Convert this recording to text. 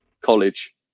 College